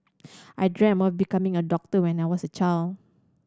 I dreamt of becoming a doctor when I was a child